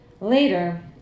Later